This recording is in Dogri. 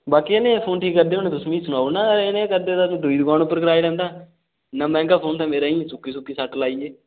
बाकी आह्लें दे बी फोन ठीक करदे होने तुस मी सनाओ ना एह् नेहा करदे तां दुई दकान पर कराई लैंदा हा ना मैंह्गा पौंदा मेरे इ'यां सुक्की सुक्की सट्ट लाई गे